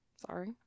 Sorry